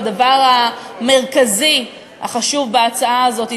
הדבר המרכזי החשוב בהצעה הזאת הוא